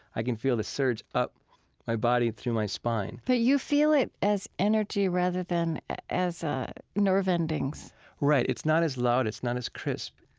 i can feel the surge up my body through my spine but you feel it as energy rather than as nerve endings right. it's not as loud. it's not as crisp.